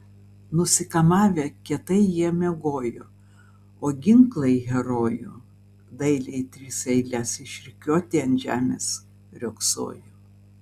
nusikamavę kietai jie miegojo o ginklai herojų dailiai į tris eiles išrikiuoti ant žemės riogsojo